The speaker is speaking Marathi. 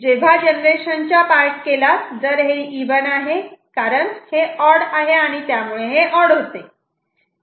तर जेव्हा जनरेशन चा पार्ट केला जर हे इव्हन आहे कारण हे ऑड आहे आणि त्यामुळे ते ऑड होते